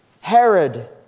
Herod